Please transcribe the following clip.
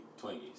twinkies